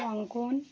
অঙ্কন